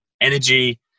Energy